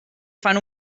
fan